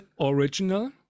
original